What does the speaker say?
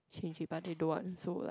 change it but they don't want so like